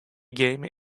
game